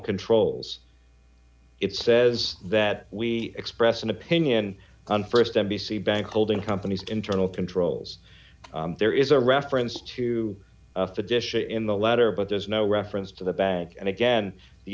controls it says that we express an opinion on st n b c bank holding companies internal controls there is a reference to the dish in the letter but there's no reference to the bank and again the